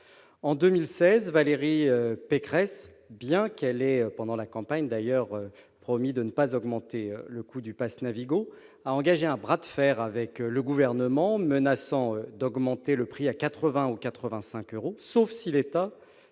En 2016, Valérie Pécresse, bien qu'elle ait promis pendant la campagne de ne pas augmenter le prix du pass Navigo, a engagé un bras de fer avec le Gouvernement, menaçant d'augmenter le prix à 80 euros ou 85 euros, sauf si l'État